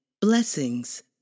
Blessings